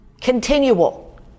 continual